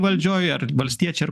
valdžioj ar valstiečiai ar